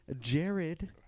Jared